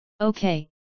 Okay